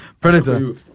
Predator